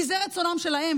כי זה רצונם שלהם,